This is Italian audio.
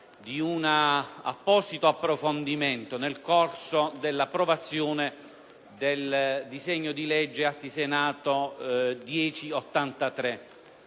Grazie,